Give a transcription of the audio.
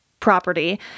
Property